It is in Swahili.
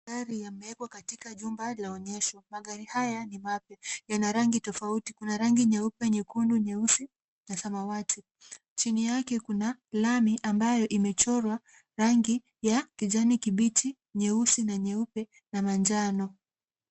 Magari yameekwa katika jumba la onyesho. Magari haya ni mapya. Yana rangi tofauti. Kuna rangi nyeupe, nyekundu, nyeusi na samawati. Chini yake kuna lami ambayo imechorwa rangi ya kijani kibichi, nyeusi na nyeupe na manjano.